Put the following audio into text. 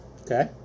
Okay